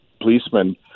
policemen